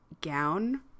gown